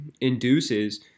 induces